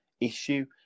issue